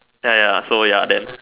ya ya so ya then